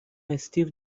استیو